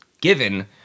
given